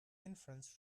inference